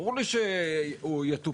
ברור לי שהוא יטופל.